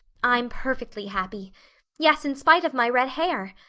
i'm perfectly happy yes, in spite of my red hair.